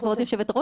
כבוד היו"ר,